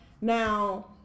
Now